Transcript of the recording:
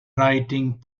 writing